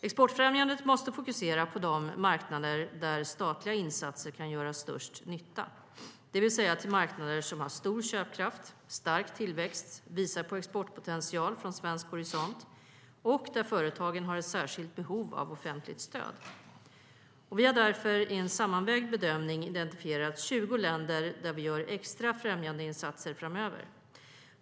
Exportfrämjandet måste fokusera på de marknader där statliga insatser kan göra störst nytta, det vill säga marknader som har stor köpkraft, stark tillväxt, visar på exportpotential från svensk horisont och där företagen har ett särskilt behov av offentligt stöd. Vi har därför i en sammanvägd bedömning identifierat 20 länder där vi gör extra främjandeinsatser framöver.